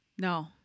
No